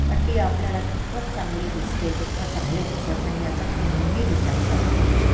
पण ती आपल्याला कितपत चांगली दिसते कितपत चांगली दिसत नाही याचा कोणीही विचार करत नाही